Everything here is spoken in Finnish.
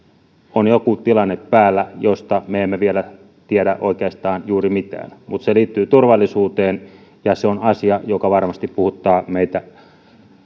on joku tilanne päällä josta me emme vielä tiedä oikeastaan juuri mitään mutta se liittyy turvallisuuteen ja on asia joka varmasti puhuttaa meitä